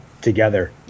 together